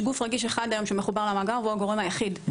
יש גוף רגיש אחד היום שמחובר למאגר והוא הגורם היחיד.